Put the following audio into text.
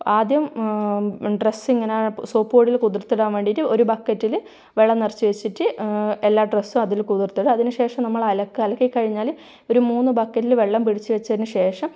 ആദ്യം ഡ്രസ്സ് ഇങ്ങനെ സോപ്പു പൊടിയിൽ കുതിർത്തിടാൻ വേണ്ടിയിട്ട് ഒരു ബക്കറ്റിൽ വെള്ളം നിറച്ചു വച്ചിട്ട് എല്ലാ ഡ്രസ്സും അതിൽ കുതിർത്തിടും അതിനു ശേഷം നമ്മൾ അലക്ക് അലക്കി കഴിഞ്ഞാൽ ഒരു മൂന്ന് ബക്കറ്റിൽ വെള്ളം പിടിച്ചു വച്ചതിനു ശേഷം